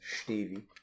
Stevie